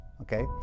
okay